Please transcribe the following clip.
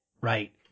right